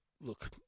look